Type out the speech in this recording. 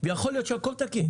ויכול להיות שהכול תקין.